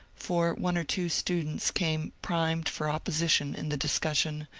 for one or two students came primed for opposition in the discussion,